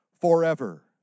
forever